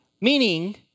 Meaning